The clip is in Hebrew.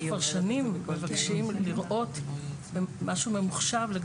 אנחנו כבר שנים מבקשים לראות משהו ממוחשב.